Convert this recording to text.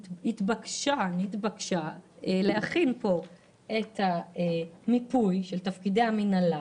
נתבקשה להכין מיפוי של תפקידי המינהלה